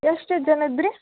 ಎಷ್ಟು ಜನದ್ರಿ